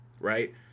right